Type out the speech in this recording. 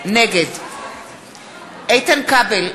נגד איתן כבל,